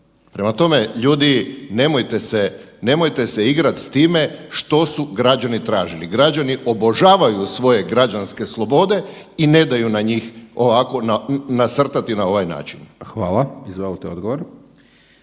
Prema tome, nemojte se, nemojte se igrat s time što su građani tražili. Građani obožavaju svoje građanske slobode i ne daju na njih ovako nasrtati na ovaj način. **Hajdaš Dončić,